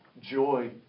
joy